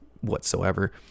whatsoever